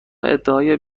ادعای